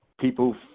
people